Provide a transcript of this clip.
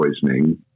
poisoning